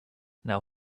now